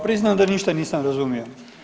Priznajem da ništa nisam razumio.